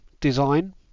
design